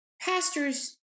pastors